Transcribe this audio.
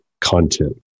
content